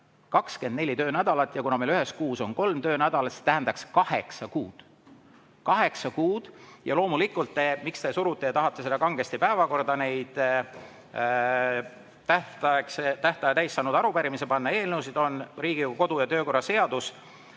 24 töönädalat! Ja kuna meil ühes kuus on kolm töönädalat, siis tähendaks see kaheksat kuud. Kaheksa kuud! Ja loomulikult põhjus, miks te surute ja tahate kangesti päevakorda panna neid tähtaja täis saanud arupärimisi ja eelnõusid, on Riigikogu kodu- ja töökorra seadus,